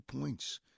points